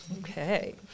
Okay